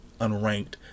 unranked